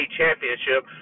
championship